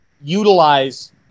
utilize